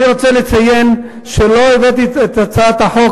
אני רוצה לציין שלא הבאתי את הצעת החוק